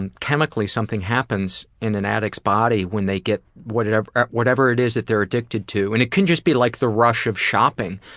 and chemically something happens in an addict's body when they get whatever whatever it is that they're addicted to, and it can just be like the rush of shopping.